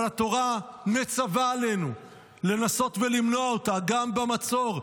אבל התורה מצווה עלינו לנסות ולמנוע אותה גם במצור,